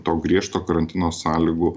to griežto karantino sąlygų